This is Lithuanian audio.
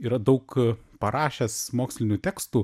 yra daug parašęs mokslinių tekstų